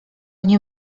nie